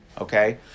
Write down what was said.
okay